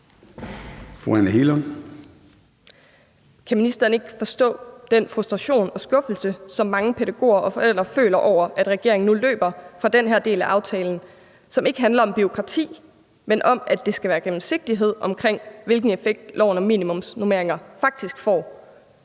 Kan ministeren ikke forstå den frustration og skuffelse, som mange pædagoger og forældre føler over, at regeringen nu løber fra den her del af aftalen, som ikke handler om bureaukrati, men om, at der skal være gennemsigtighed omkring, hvilken effekt loven om minimumsnormeringer faktisk får?